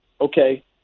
okay